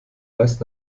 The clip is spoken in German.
meist